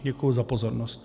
Děkuji za pozornost.